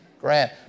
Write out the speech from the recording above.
Grant